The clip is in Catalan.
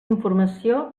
informació